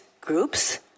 groups